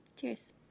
Cheers